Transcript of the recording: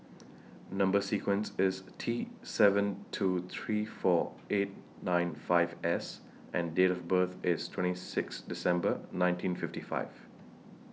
Number sequence IS T seven two three four eight nine five S and Date of birth IS twenty six December nineteen fifty five